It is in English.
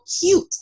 cute